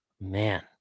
Man